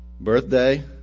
Birthday